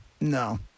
No